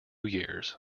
years